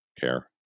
care